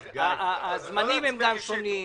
הזמנים הם גם שונים.